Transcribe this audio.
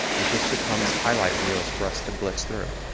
it just becomes highlight reels for us to blitz through.